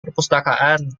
perpustakaan